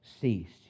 ceased